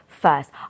first